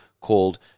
called